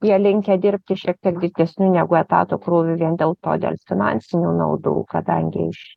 jie linkę dirbti šiek tiek didesniu negu etato krūviu vien dėl to dėl finansinių naudų kadangi iš